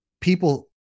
people